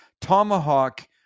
tomahawk